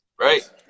right